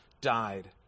died